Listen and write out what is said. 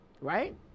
Right